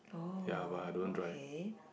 oh okay